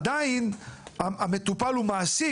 עדיין המטופל הוא המעסיק.